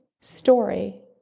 story